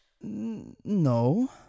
no